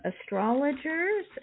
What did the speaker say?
astrologers